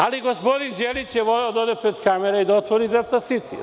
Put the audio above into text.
Ali gospodin Đelić je voleo da ode pred kamere i da otvori „Delta siti“